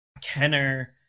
Kenner